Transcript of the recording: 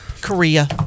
Korea